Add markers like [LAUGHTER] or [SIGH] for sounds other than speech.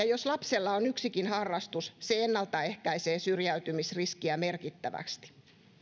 [UNINTELLIGIBLE] jos lapsella on yksikin harrastus se ennaltaehkäisee syrjäytymisriskiä merkittävästi